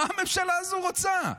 מה הממשלה הזו רוצה?